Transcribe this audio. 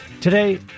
Today